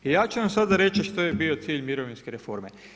I ja ću vam sada reći što je bio cilj mirovinske reforme.